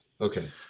Okay